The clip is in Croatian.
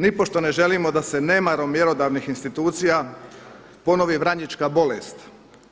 Nipošto ne želimo da se nemarom mjerodavnih institucija ponovi vranjička bolest